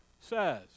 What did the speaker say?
says